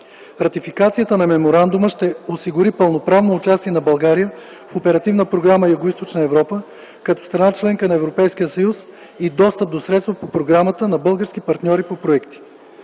Ратификацията на Меморандума ще осигури пълноправно участие на България в Оперативна програма „Югоизточна Европа” като страна – членка на Европейския съюз, и достъп до средства по програмата на български партньори по проекти.